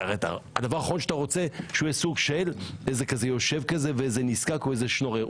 הדבר האחרון שאתה רוצה שהוא יהיה סוג של נזקק או שנורר.